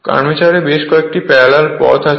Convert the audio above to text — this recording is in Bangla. আর্মেচারে বেশ কয়েকটি প্যারালাল পাথ আছে